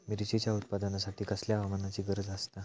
मिरचीच्या उत्पादनासाठी कसल्या हवामानाची गरज आसता?